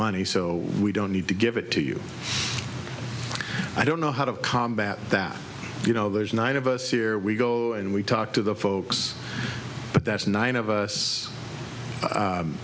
money so we don't need to give it to you i don't know how to combat that you know there's nine of us here we go and we talk to the folks but that's nine of us